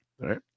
right